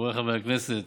חבריי חברי הכנסת,